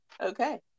Okay